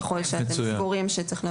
מצוין.